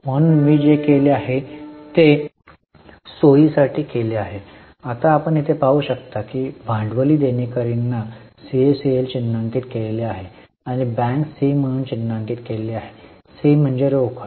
म्हणून मी जे केले ते सोयीसाठी केले आहे आपण येथे पाहू शकता की भांडवली देणेकरीांना सीएसीएल चिन्हांकित केलेले आहे आणि बँक सी म्हणून चिन्हांकित केलेले आहे सी म्हणजे रोकड